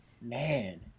Man